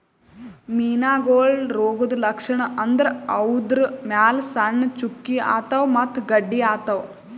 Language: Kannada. ಮೀನಾಗೋಳ್ ರೋಗದ್ ಲಕ್ಷಣ್ ಅಂದ್ರ ಅವುದ್ರ್ ಮ್ಯಾಲ್ ಸಣ್ಣ್ ಚುಕ್ಕಿ ಆತವ್ ಮತ್ತ್ ಗಡ್ಡಿ ಆತವ್